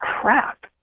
crap